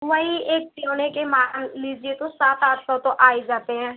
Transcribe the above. वही एक खिलौने के मान लीजिए तो सात आठ सौ तो आई जाते हैं